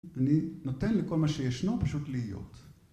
אני נותן לכל מה שישנו פשוט להיות.